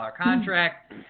contract